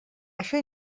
això